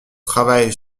travail